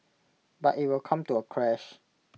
but IT will come to A crash